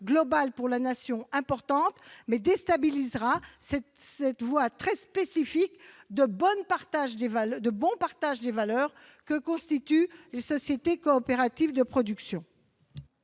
pour la Nation, elle déstabiliserait cette voie très spécifique de bon partage des valeurs que constituent les sociétés coopératives de production.